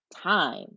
time